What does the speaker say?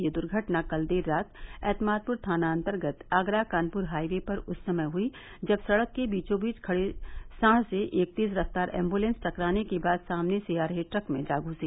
यह दुर्घटना कल देर रात एत्मादपुर थानान्तर्गत आगरा कानपुर हाई वे पर उस समय हई जब सड़क के बीचोबीच खड़े सांड से एक तेज़ रफ़्तार एम्ब्लेंस टकराने के बाद सामने से आ रहे ट्रक में जा घुसी